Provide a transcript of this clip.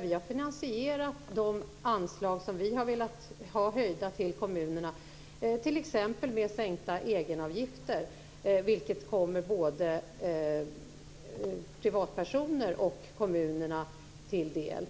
Vi har finansierat de anslagshöjningar till kommunerna som vi har föreslagit t.ex. med sänkta egenavgifter, vilket kommer både privatpersoner och kommuner till del.